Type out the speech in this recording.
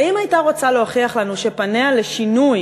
ואם הייתה רוצה להוכיח לנו שפניה לשינוי